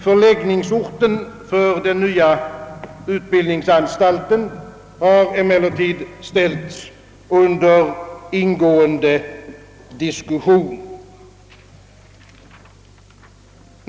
Förläggningsorten för den nya utbildningsanstalten har emellertid ställts under ingående diskussion.